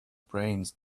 brains